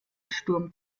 sturm